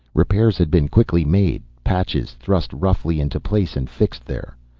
repairs had been quickly made, patches thrust roughly into place and fixed there.